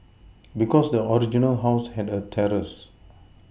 because the original house had a terrace